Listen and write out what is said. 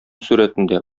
сурәтендә